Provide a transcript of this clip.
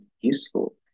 useful